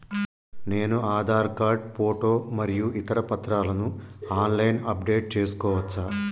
నేను Aadhaar card photo మరియు ఇతర పత్రాలను ఆన్ లైన్ అప్ డెట్ చేసుకోవచ్చా?